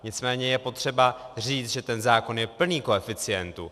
Nicméně je potřeba říct, že ten zákon je plný koeficientů.